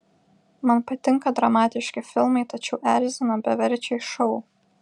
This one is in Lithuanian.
man patinka dramatiški filmai tačiau erzina beverčiai šou